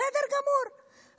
בסדר גמור,